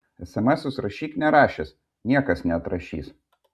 esemesus rašyk nerašęs niekas neatrašys